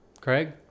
Craig